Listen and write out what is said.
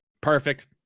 Perfect